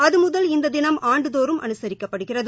அதுமுதல் இந்ததினம் ஆண்டுதோறும் அனுசரிக்கப்படுகிறது